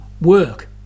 work